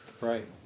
right